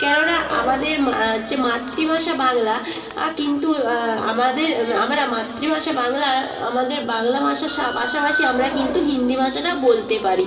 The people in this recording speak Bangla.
কেননা আমাদের হচ্ছে মাতৃভাষা বাংলা কিন্তু আমাদের আমরা মাতৃভাষা বাংলা আমাদের বাংলা ভাষার পাশাপাশি আমরা কিন্তু হিন্দি ভাষাটা বলতে পারি